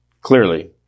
Clearly